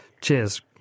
Cheers